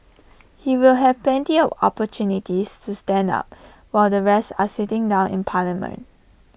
he will have plenty of opportunities to stand up while the rest are sitting down in parliament